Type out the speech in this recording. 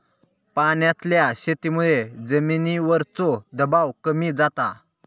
पाण्यातल्या शेतीमुळे जमिनीवरचो दबाव कमी जाता